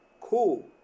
cool